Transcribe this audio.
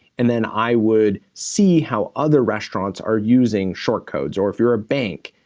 and then i would see how other restaurants are using short codes. or if you're a bank,